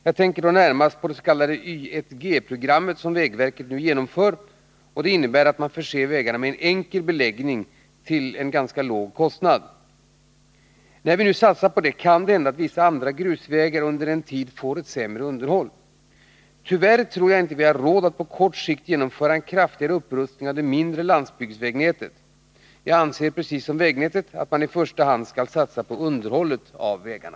Jag tänker då närmast på det s.k. YIG-programmet som vägverket nu genomför och som innebär att man förser vägarna med en enkel beläggning till en förhållandevis låg kostnad. När vi nu satsar på det kan det hända att vissa andra grusvägar under en tid får ett sämre underhåll. Tyvärr tror jag inte vi har råd att på kort sikt genomföra en kraftigare upprustning av det mindre landsbygdsvägnätet. Jag anser, precis som vägverket, att man i första hand skall satsa på underhållet av vägarna.